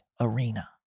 arena